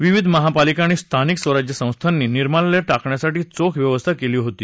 विविध महापालिका आणि स्थानिक स्वराज्य संस्थांनी निर्माल्य टाकण्याची चोख व्यवस्था केली होती